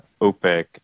OPEC